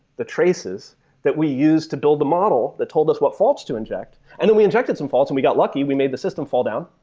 the traces that we used to build the model that told us what faults to inject, and then we injected some faults and we got lucky. we made the system fall down.